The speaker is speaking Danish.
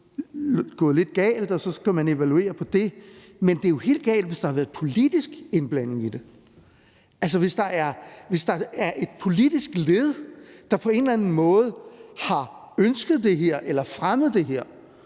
måske gået lidt galt, og så skal man evaluere på det, men det er jo helt galt, hvis der har været politisk indblanding i det. Altså, hvis der er et politisk led, der på en eller anden måde har ønsket det her eller fremmet det her